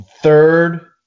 Third